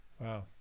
Wow